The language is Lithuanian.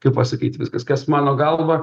kaip pasakyt viskas kas mano galva